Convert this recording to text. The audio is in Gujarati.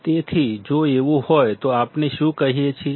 તેથી જો એવું હોય તો આપણે શું કહી શકીએ